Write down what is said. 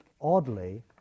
oddly